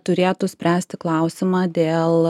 turėtų spręsti klausimą dėl